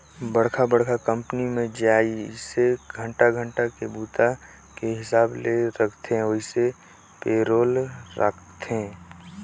बड़खा बड़खा कंपनी मे जइसे घंटा घंटा के बूता के हिसाब ले राखथे वइसने पे रोल राखथे